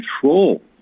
control